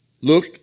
look